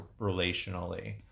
relationally